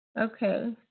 Okay